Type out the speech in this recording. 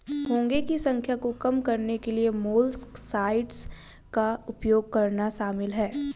घोंघे की संख्या को कम करने के लिए मोलस्कसाइड्स का उपयोग करना शामिल है